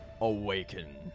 Awaken